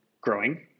growing